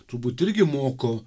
turbūt irgi moko